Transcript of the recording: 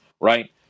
right